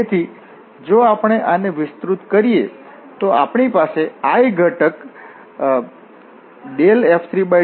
તેથી જો આપણે આને વિસ્તૃત કરીએ તો આપણી પાસે i ઘટક F3∂y F2∂z છે